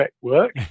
work